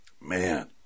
Man